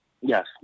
yes